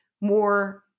more